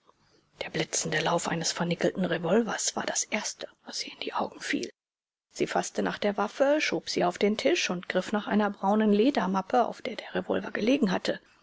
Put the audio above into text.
der blitzende lauf eines vernickelten revolvers war das erste was ihr in die augen fiel sie faßte nach der waffe schob sie auf den tisch und griff nach einer braunen ledermappe auf der der revolver gelegen hatte